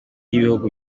y’ibihugu